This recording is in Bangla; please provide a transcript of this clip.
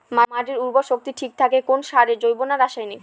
মাটির উর্বর শক্তি ঠিক থাকে কোন সারে জৈব না রাসায়নিক?